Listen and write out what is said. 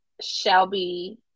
Shelby